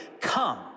come